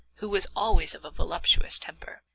who was always of a voluptuous temper,